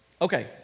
Okay